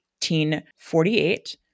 1848